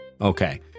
okay